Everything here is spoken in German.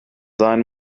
sein